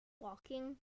walking